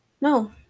No